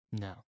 No